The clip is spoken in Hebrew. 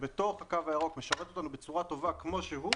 שבתוך הקו הירוק משרת אותנו בצורה טובה כפי שהוא,